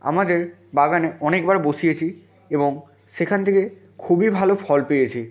আমাদের বাগানে অনেকবার বসিয়েছি এবং সেখান থেকে খুবই ভালো ফল পেয়েছি